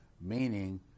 Meaning